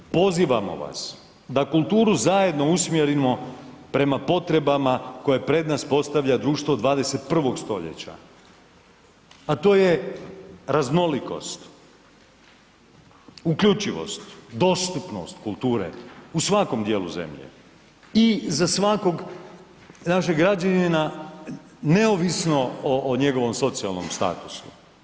Pozivamo vas da kulturu zajedno usmjerimo prema potrebama koje pred nas postavlja društvo 21. stoljeća, a to je raznolikost, uključivost, dostupnost kulture u svakom dijelu zemlje i za svakog našeg građanina neovisno o, o njegovom socijalnom statusu.